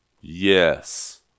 Yes